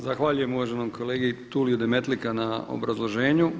Zahvaljujem uvaženom kolegi Tuliju Demetlika na obrazloženju.